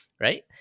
right